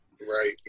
Right